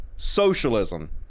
socialism